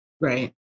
Right